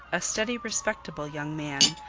a steady respectable young man,